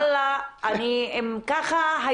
אם ככה,